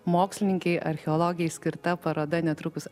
mokslininkei archeologijai skirta paroda netrukus